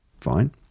fine